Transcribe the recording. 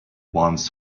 once